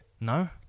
No